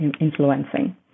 influencing